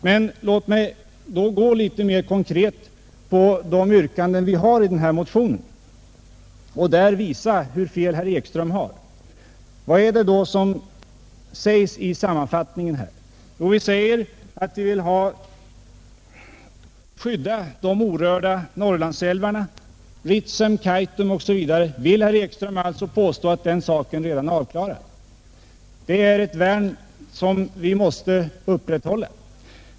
Men låt mig litet mera konkret gå in på de yrkanden vi framför i motionerna och visa hur fel herr Ekström har. Vad är det som nämns i den sammanfattning vi gjort? Jo, vi säger att vi vill skydda de orörda Norrlandsälvarna, Ritsem, Kaitum osv. Vill herr Ekström alltså påstå att den saken redan är avklarad? Det är ett värn som vi måste upprätthålla.